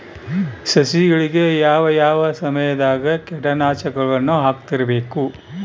ಸಸಿಗಳಿಗೆ ಯಾವ ಯಾವ ಸಮಯದಾಗ ಕೇಟನಾಶಕಗಳನ್ನು ಹಾಕ್ತಿರಬೇಕು?